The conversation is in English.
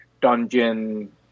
dungeon